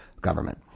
government